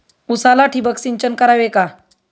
उसाला ठिबक सिंचन करावे का?